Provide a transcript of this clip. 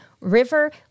River